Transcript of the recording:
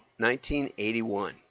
1981